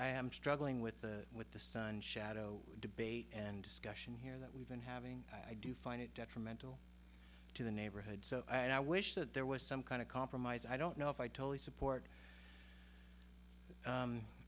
am struggling with the with the sun shadow debate and discussion here that we've been having i do find it detrimental to the neighborhoods and i wish that there was some kind of compromise i don't know if i told the support